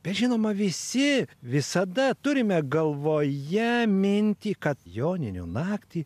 bet žinoma visi visada turime galvoje mintį kad joninių naktį